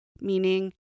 meaning